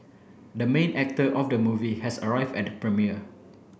the main actor of the movie has arrived at the premiere